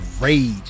rage